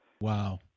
Wow